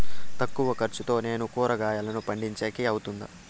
తక్కువ ఖర్చుతో నేను కూరగాయలను పండించేకి అవుతుందా?